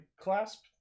clasp